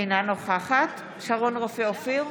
אינה נוכחת שרון רופא אופיר,